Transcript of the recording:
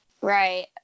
right